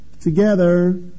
Together